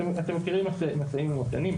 אתם מכירים משאים ומתנים,